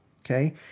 okay